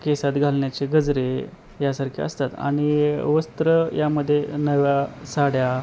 केसात घालण्याचे गजरे यांसारखे असतात आणि वस्त्र यामध्ये नव्या साड्या